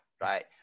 Right